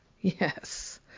Yes